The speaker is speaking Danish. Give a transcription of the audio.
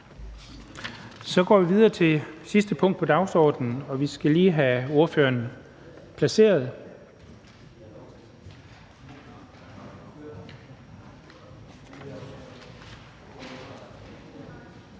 vi går videre til sidste punkt på dagsordenen, skal vi lige have ordførerne placeret.